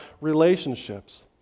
relationships